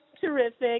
terrific